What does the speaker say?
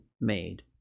made